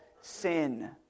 sin